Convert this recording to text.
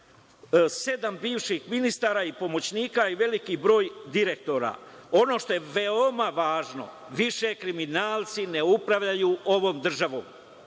sedam bivših ministara i pomoćnika i veliki broj direktora. Ono što je veoma važno, više kriminalci ne upravljaju ovom državom. Nadalje,